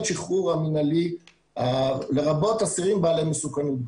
השחרור המנהלי לרבות אסירים בעלי מסוכנות גבוהה.